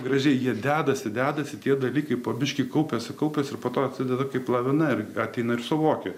gražiai jie dedasi dedasi tie dalykai po biškį kaupiasi kaupiasi ir po to atsideda kaip lavina ir ateina ir suvoki